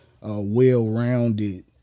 well-rounded